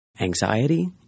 anxiety –